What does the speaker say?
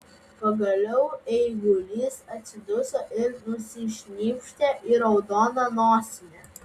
pagaliau eigulys atsiduso ir nusišnypštė į raudoną nosinę